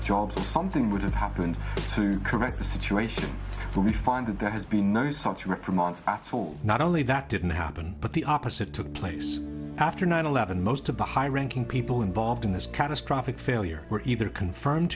jobs something would have happened to correct the situation we find that there has been for months not only that didn't happen but the opposite took place after nine eleven most of the high ranking people involved in this catastrophic failure were either confirmed